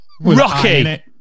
Rocky